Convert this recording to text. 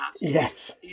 yes